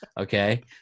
Okay